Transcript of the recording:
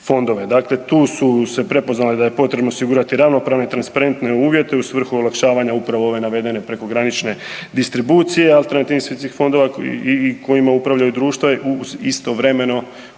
Dakle, tu su se prepoznale da je potrebno osigurati ravnopravno i transparentne uvjete u svrhu olakšavanja upravo ove navedene prekogranične distribucije alternativnih investicijskih fondova kojima upravljaju društva istovremeno